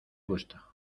gusta